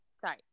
Sorry